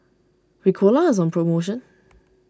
Ricola is on promotion